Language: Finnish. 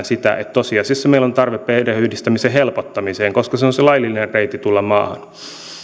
sitä että tosiasiassa meillä on tarve perheenyhdistämisen helpottamiseen koska se on on se laillinen reitti tulla maahan